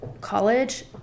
college